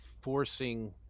forcing